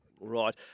Right